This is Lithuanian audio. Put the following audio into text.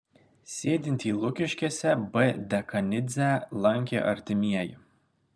sėdintį lukiškėse b dekanidzę lankė artimieji